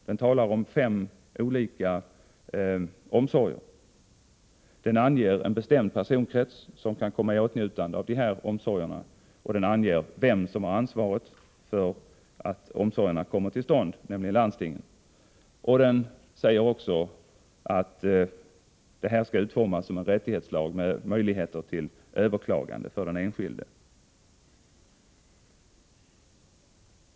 Den talar om fem olika omsorger. Den anger en bestämd personkrets som kan komma i åtnjutande av omsorgerna, och den anger vem som har ansvaret för att omsorgerna kommer till stånd, nämligen landstingen. Lagen är också utformad som en rättighetslag med möjligheter till överklagande för den enskilde.